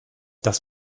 das